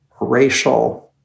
racial